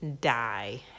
die